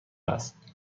است